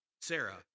Sarah